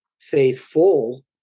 faithful